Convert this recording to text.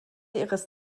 ihres